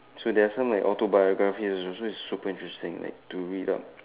so there are some like autobiographies also so it's also like super interesting like to read up